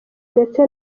ndetse